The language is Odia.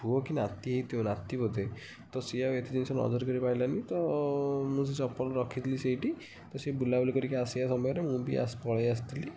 ପୁଅ କି ନାତି ହୋଇଥିବ ନାତି ବୋଧେ ତ ସିଏ ଆଉ ଏତେ ଜିନିଷ ନଜର କରି ପାରିଲାନି ତ ମୁଁ ସେ ଚପଲ ରଖି ଦେଲି ସେଇଠି ତ ସେ ବୁଲା ବୁଲି କରିକି ଆସିବା ସମୟରେ ମୁଁ ବି ଆସି ପଳେଇ ଆସିଥିଲି